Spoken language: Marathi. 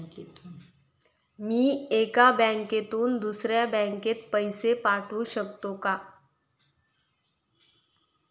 मी एका बँकेतून दुसऱ्या बँकेत पैसे पाठवू शकतो का?